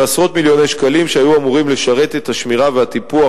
ועשרות מיליוני שקלים שהיו אמורים לשרת את השמירה והטיפוח